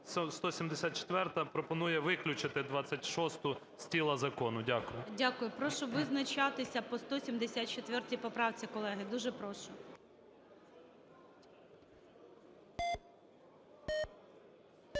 174-а пропоную виключити 26-у з тіла закону. Дякую. ГОЛОВУЮЧИЙ. Дякую. Прошу визначатися по 174 поправці, колеги, дуже прошу.